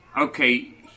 Okay